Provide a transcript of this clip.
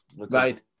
Right